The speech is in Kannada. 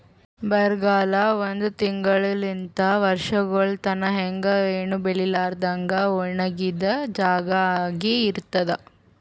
ಬರಗಾಲ ಒಂದ್ ತಿಂಗುಳಲಿಂತ್ ವರ್ಷಗೊಳ್ ತನಾ ಹಂಗೆ ಏನು ಬೆಳಿಲಾರದಂಗ್ ಒಣಗಿದ್ ಜಾಗಾ ಆಗಿ ಇರ್ತುದ್